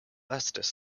estes